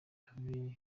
avril